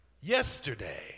yesterday